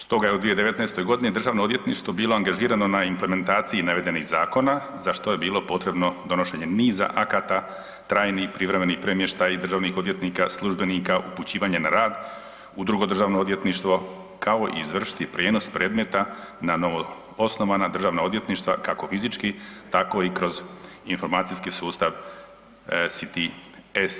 Stoga je u 2019. godini Državno odvjetništvo bilo angažirano na implementaciji navedenih zakona za što je bilo potrebno donošenje niza akata trajnih, privremenih premještaj državnih odvjetnika, službenika, upućivanje na rad u drugo državno odvjetništvo kao i izvršiti prijenos predmeta na novo osnovana državna odvjetništva kako fizički, tako i kroz informacijski sustav CTS.